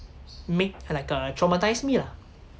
make like uh traumatised me lah